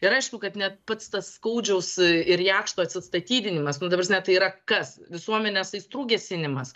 ir aišku kad net pats tas skaudžiaus ir jakšto atsistatydinimas nu ta prasme tai yra kas visuomenės aistrų gesinimas